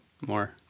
More